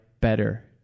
better